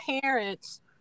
parents